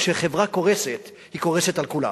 כשחברה קורסת, היא קורסת על כולם.